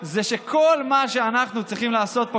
זה שכל מה שאנחנו צריכים לעשות פה,